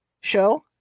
show